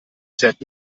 fährt